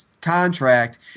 contract